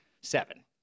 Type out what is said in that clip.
Seven